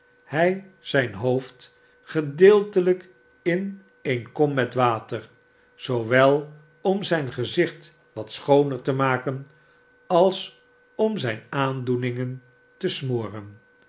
hij zijn hoofd gedeeltelijk in eene kom met water zoo wel om zijn gezicht wat schooner te maker als om zijne aandoeningen te smoren